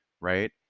right